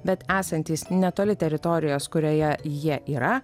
bet esantys netoli teritorijos kurioje jie yra